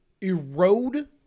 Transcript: erode